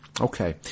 Okay